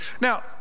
Now